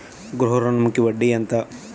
గృహ ఋణంకి వడ్డీ ఎంత?